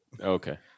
okay